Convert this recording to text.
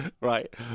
Right